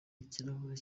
ikirahuri